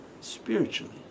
spiritually